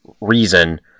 reason